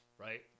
Right